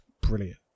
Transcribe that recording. brilliant